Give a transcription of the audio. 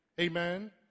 Amen